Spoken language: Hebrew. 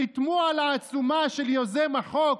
חתמו על העצומה של יוזם החוק,